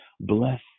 bless